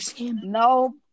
No